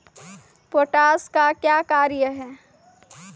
Potash का क्या कार्य हैं?